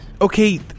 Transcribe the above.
Okay